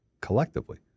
collectively